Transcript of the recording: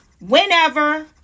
Whenever